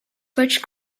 which